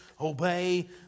obey